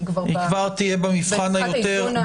כבר תהיה במבחן האיזון.